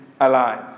alive